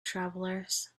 travelers